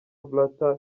blatter